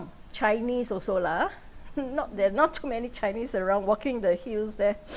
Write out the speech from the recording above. chinese also lah ah not there're not too many chinese around walking the hills there